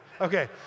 Okay